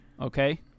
Okay